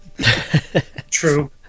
True